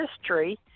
history